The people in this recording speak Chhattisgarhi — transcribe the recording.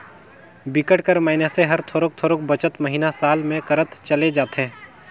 बिकट कर मइनसे हर थोरोक थोरोक बचत महिना, साल में करत चले जाथे